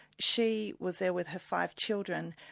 she was there with her five children.